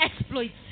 exploits